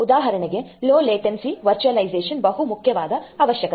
ಉದಾಹರಣೆಗೆ low latency virtualisation ಬಹು ಮುಖ್ಯವಾದ ಅವಶ್ಯಕತೆ